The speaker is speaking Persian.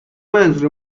منظور